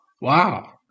Wow